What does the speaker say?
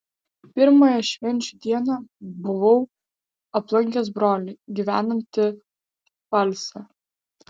pirmąją švenčių dieną buvau aplankęs brolį gyvenantį pfalce